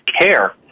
care